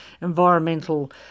environmental